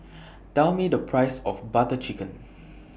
Tell Me The Price of Butter Chicken